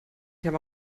haben